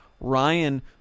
Ryan